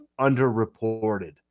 underreported